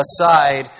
aside